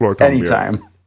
anytime